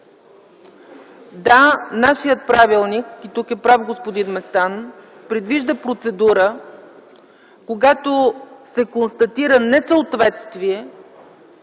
Да, нашият правилник, и тук е прав господин Местан, предвижда процедура, когато се констатира несъответствие,